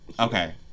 okay